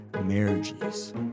marriages